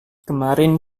kemarin